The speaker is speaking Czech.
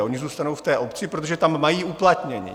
Oni zůstanou v té obci, protože tam mají uplatnění.